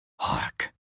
Hark